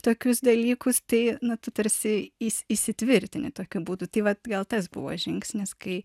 tokius dalykus tai nu tu tarsi įsitvirtini tokiu būdu tai vat gal tas buvo žingsnis kai